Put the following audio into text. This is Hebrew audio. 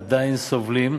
הם עדיין סובלים,